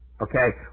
okay